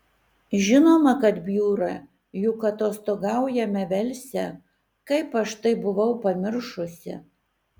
žinoma kad bjūra juk atostogaujame velse kaip aš tai buvau pamiršusi